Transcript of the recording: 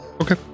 Okay